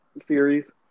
series